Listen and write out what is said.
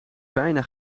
bijna